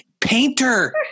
painter